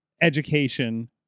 education